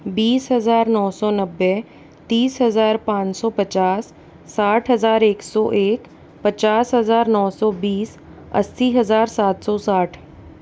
बीस हज़ार नौ सौ नब्बे तीस हज़ार पाँच सौ पचास साठ हज़ार एक सौ एक पचास हज़ार नौ सौ बीस अस्सी हज़ार सात सौ साठ